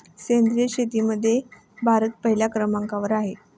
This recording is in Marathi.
सेंद्रिय शेतीमध्ये भारत पहिल्या क्रमांकावर आहे